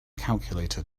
calculator